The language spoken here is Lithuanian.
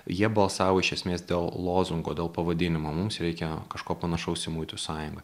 jie balsavo iš esmės dėl lozungo dėl pavadinimo o mums reikia kažko panašaus į muitų sąjungą